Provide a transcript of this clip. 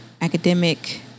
Academic